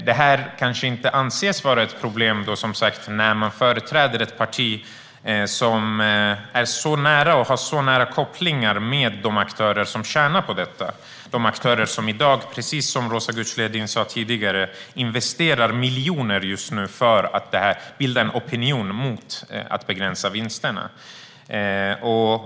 Detta kanske inte anses vara ett problem när man företräder ett parti som har så nära kopplingar till de aktörer som tjänar på detta. Det är aktörer som, precis som Roza Güclü Hedin sa tidigare, i dag investerar miljoner för att bilda opinion mot att begränsa vinsterna.